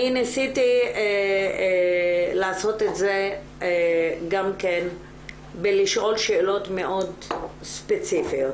אני ניסיתי לעשות את זה גם בלשאול שאלות מאוד ספציפיות.